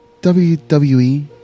WWE